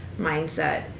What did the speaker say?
mindset